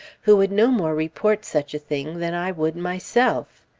who would no more report such a thing than i would myself.